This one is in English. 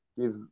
give